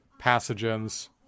pathogens